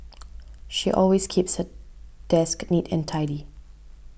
she always keeps her desk neat and tidy